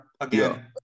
again